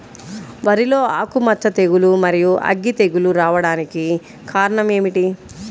వరిలో ఆకుమచ్చ తెగులు, మరియు అగ్గి తెగులు రావడానికి కారణం ఏమిటి?